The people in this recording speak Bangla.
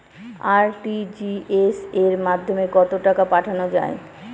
আর.টি.জি.এস এর মাধ্যমে কত টাকা পাঠানো যায়?